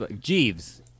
Jeeves